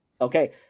okay